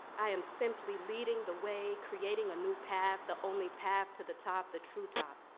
i am simply leading the way, creating a new path, the only path to the top, the true top.